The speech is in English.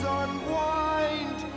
unwind